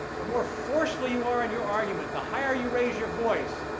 the more forceful you are in your argument, the higher you raise your voice,